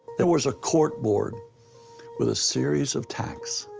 there was a corkboard with a series of tacks.